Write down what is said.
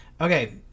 Okay